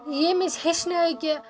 ییٚمۍ أسۍ ہٮ۪چھنٲے کہ